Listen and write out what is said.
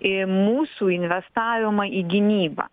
į mūsų investavimą į gynybą